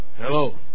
Hello